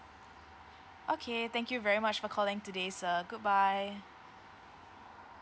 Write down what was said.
okay thank you very much for calling today sir good bye